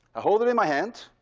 i hold it in my hand,